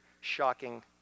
shocking